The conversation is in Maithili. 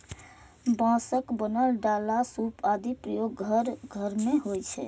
बांसक बनल डाला, सूप आदिक प्रयोग घर घर मे होइ छै